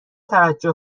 توجه